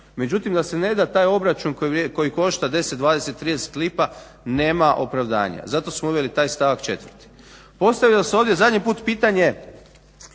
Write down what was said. međutim da se ne da taj obračun koji košta 10, 20, 30 lipa nema opravdanja. Zato smo uveli taj stavak 4. Postavilo se ovdje zadnji put pitanje